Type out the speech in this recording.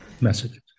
messages